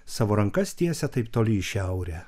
savo rankas tiesia taip toli į šiaurę